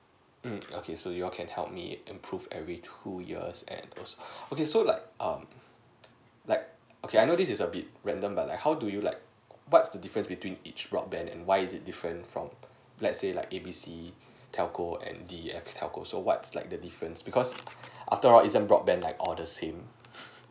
um okay so you can help me improve every two years and also okay so like um like okay I know this is a bit random but like how do you like what's the difference between each broadband and why is it different from let's say like A B C telco and D_E_F telco so what's like the different because afterall isn't broadband like all the same